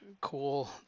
cool